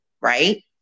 Right